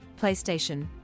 PlayStation